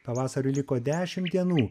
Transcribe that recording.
pavasario liko dešim dienų